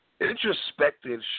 Introspective